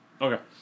Okay